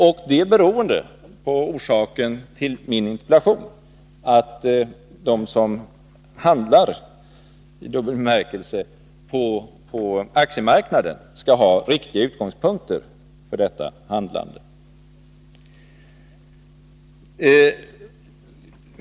Orsaken till min interpellation är att jag anser att de som handlar — i dubbel bemärkelse — på aktiemarknaden skall ha riktiga utgångspunkter för detta handlande.